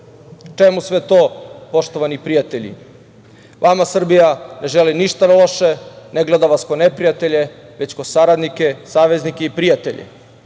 sve to, poštovani prijatelji? Vama Srbija ne želi ništa loše. Ne gleda vas kao neprijatelje, već kao saradnike, saveznike i prijatelje. Srbiju